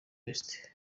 west